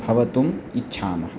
भवितुम् इच्छामः